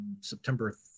September